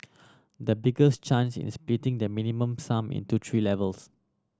the biggest change is splitting the Minimum Sum into three levels